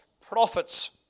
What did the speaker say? prophets